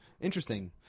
Interesting